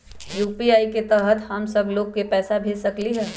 UPI के तहद हम सब लोग को पैसा भेज सकली ह?